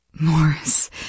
Morris